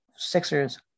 Sixers